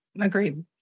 Agreed